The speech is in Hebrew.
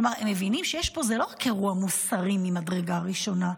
כלומר הן מבינות שיש פה אירוע לא מוסרי מהמדרגה הראשונה,